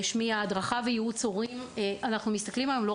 שמיעה,